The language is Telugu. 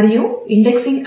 మరియు ఇండెక్సింగ్